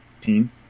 team